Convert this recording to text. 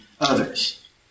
others